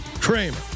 Kramer